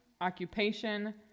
occupation